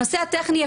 הנושא הטכני,